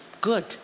good